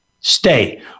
stay